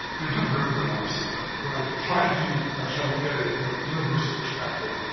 they're different for everybody, obviously, but what i try to do if i was trying to look at at it from a universal perspective,